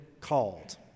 called